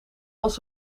als